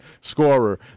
scorer